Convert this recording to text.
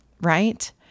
Right